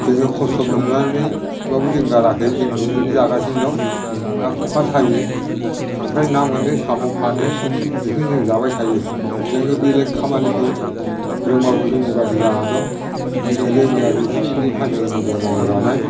जोङो खस्थ' मोननानैबाबो जों गाराखै जों बिदिनो जागासिनो दं ना खखा सायो खांख्राय ना मोनो साम' फानो बेखौनो जों जाबाय थायो जोङो बेलेग खामानिखौ रोंबाबो रोङि बादि जाना दं जोङो रोङो आरो एसे एनै हाजिरा मुजिरा मावनानै जानाय